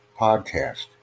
podcast